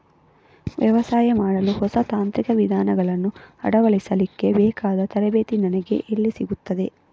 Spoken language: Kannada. ವ್ಯವಸಾಯ ಮಾಡಲು ಹೊಸ ತಾಂತ್ರಿಕ ವಿಧಾನಗಳನ್ನು ಅಳವಡಿಸಲಿಕ್ಕೆ ಬೇಕಾದ ತರಬೇತಿ ನನಗೆ ಎಲ್ಲಿ ಸಿಗುತ್ತದೆ?